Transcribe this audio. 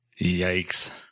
Yikes